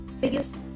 biggest